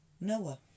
Noah